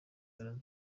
baraza